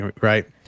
right